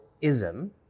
ism